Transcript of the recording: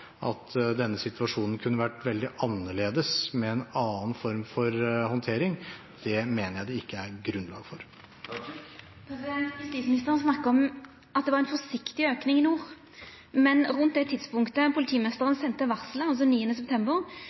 at denne situasjonen kunne vært veldig annerledes med en annen form for håndtering, det mener jeg det ikke er grunnlag for. Justisministeren snakka om at det var ein forsiktig auke i nord. Men rundt det tidspunktet då politimeisteren sende varselet ‒ altså 9. september